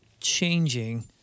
changing